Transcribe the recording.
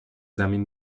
زمین